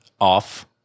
off